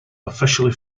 officially